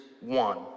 one